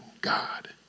God